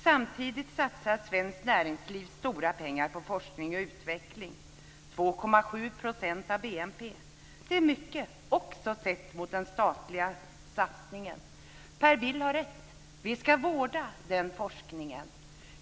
Samtidigt satsar svenskt näringsliv stora pengar på forskning och utveckling, 2,7 % av BNP. Det är mycket, också sett mot den statliga satsningen. Per Bill har rätt. Vi ska vårda den forskningen.